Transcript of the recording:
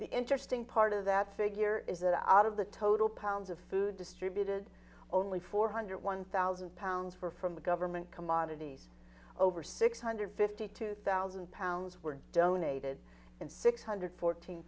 the interesting part of that figure is that out of the total pounds of food distributed only four hundred one thousand pounds were from the government commodities over six hundred fifty two thousand pounds were donated and six hundred fourteen